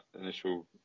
initial